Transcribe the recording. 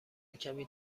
کمی